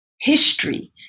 history